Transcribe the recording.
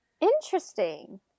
interesting